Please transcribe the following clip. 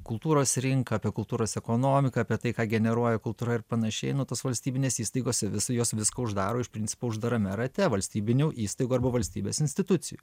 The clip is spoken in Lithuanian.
kultūros rinką apie kultūros ekonomiką apie tai ką generuoja kultūra ir panašiai nu tos valstybinės įstaigos jos viską uždaro iš principo uždarame rate valstybinių įstaigų arba valstybės institucijų